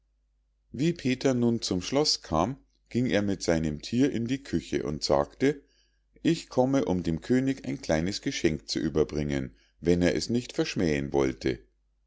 wie halvor nun zum schloß kam ging er mit seinem thier in die küche und sagte ich komme um dem könig ein kleines geschenk zu überbringen wenn er es nicht verschmähen wollte